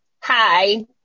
Hi